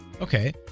okay